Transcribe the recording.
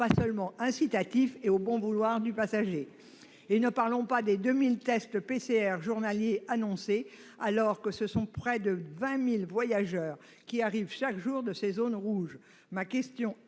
pas seulement incitatifs et au bon vouloir du passager. Et ne parlons même pas des 2 000 tests PCR journaliers annoncés quand près de 20 000 voyageurs arrivent chaque jour de ces zones rouges ! Ma question est